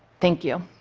thank you.